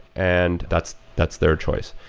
and that's that's their choice.